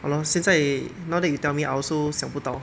!hannor! 现在 now then you tell me also I 想不到